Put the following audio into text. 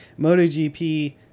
MotoGP